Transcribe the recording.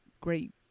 great